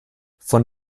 von